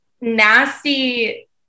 nasty